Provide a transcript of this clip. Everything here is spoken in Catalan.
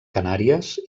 canàries